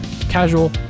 casual